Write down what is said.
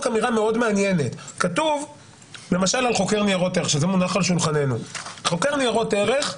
אמירה מאוד מעניינת: כתוב על חוקי ניירות ערך,